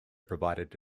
provided